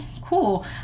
cool